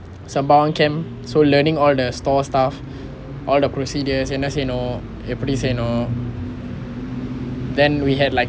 sembawang camp so learning all the store stuff all the procedures and என்ன செய்யணும் எப்படி செய்யணும்:enna seyyanum eppadi seyyanum then we had like